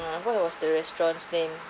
ah what was the restaurant's name